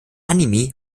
anime